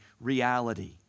reality